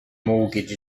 mortgage